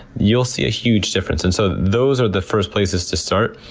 you'll see a huge difference. and so those are the first places to start.